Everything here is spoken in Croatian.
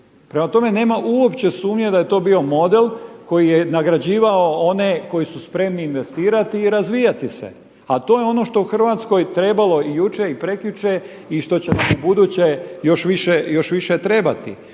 Prema tome, nema uopće sumnje da je to bio model koji je nagrađivao one koji su spremni investirati i razvijati se, a to je ono što u Hrvatskoj trebalo i jučer i prekjučer i što će nam ubuduće još više trebati.